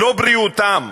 לא בריאותם,